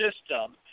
system